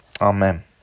Amen